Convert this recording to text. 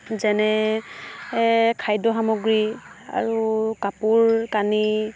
যেনে খাদ্য সামগ্ৰী আৰু কাপোৰ কানি